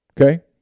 Okay